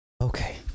okay